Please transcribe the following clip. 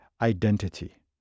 identity